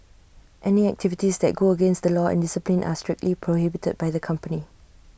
any activities that go against the law and discipline are strictly prohibited by the company